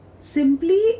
Simply